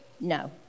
No